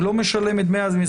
הוא לא משלם את דמי המזונות,